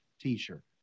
t-shirt